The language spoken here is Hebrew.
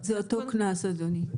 זה אותו קנס, אדוני.